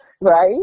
right